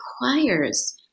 requires